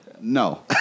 No